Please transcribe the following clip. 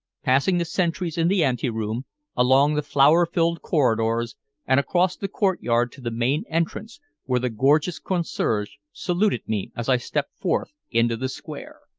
passing the sentries in the ante-room, along the flower-filled corridors and across the courtyard to the main entrance where the gorgeous concierge saluted me as i stepped forth into the square.